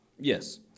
Yes